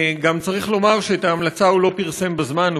צריך לומר גם שאת ההמלצה הוא לא פרסם בזמן,